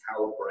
calibrate